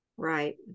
Right